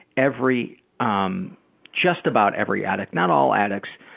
every um just about every addict, not all addicts,